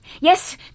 Yes